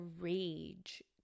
rage